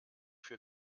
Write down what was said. für